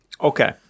Okay